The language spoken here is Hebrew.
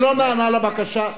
אני לא נענה לבקשה.